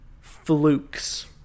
flukes